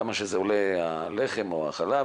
כמה שעולה הלחם או החלב.